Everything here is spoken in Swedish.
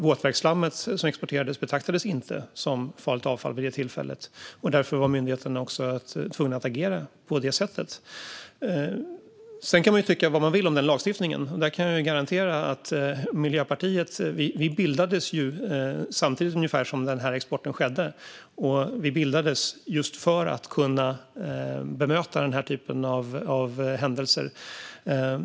Våtverksslammet som exporterades betraktades inte som farligt avfall vid det tillfället, och därför var myndigheterna tvungna att agera på det sättet. Sedan kan man tycka vad man vill om den lagstiftningen. Där kan jag säga att Miljöpartiet bildades ungefär samtidigt som den här exporten skedde, och vi bildades just för att kunna bemöta den här typen av händelser.